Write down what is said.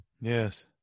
Yes